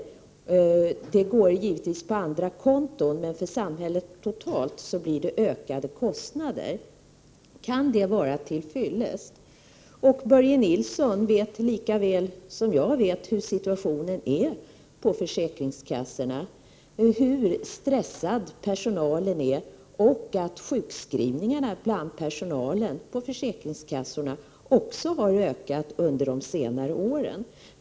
Kostnaderna belastar givetvis andra konton, men för samhället totalt blir det ökade kostnader. Kan det vara tillfyllest? Börje Nilsson vet lika väl som jag hur situationen är på försäkringskassorna, hur stressad personalen är och hur sjukskrivningarna bland personalen på försäkringskassorna och har ökat under senare år.